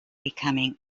becoming